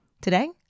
today